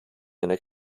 einer